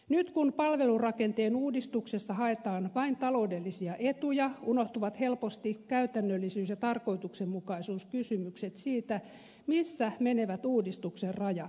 nyt kun palvelurakenteen uudistuksessa haetaan vain taloudellisia etuja unohtuvat helposti käytännöllisyys ja tarkoituksenmukaisuuskysymykset siitä missä menevät uudistuksen rajat